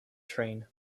train